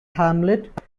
hamlet